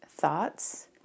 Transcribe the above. thoughts